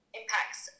impacts